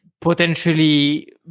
potentially